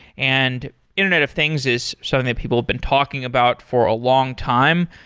and internet of things is something that people have been talking about for a long time.